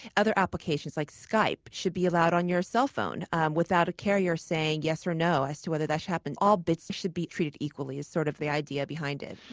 other applications like skype should be allowed on your cell phone um without a carrier saying yes or no as to whether that should happen. all bits should be treated equally is sort of the idea behind it.